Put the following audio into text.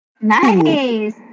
Nice